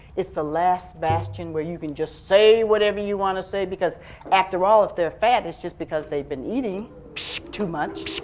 it's the last bastion where you can just say whatever you want to say because after all, if they're fat, it's just because they've been eating too much.